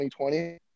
2020